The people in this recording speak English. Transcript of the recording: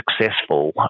successful